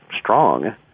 strong